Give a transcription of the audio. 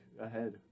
ahead